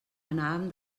anàvem